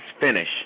finish